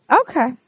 Okay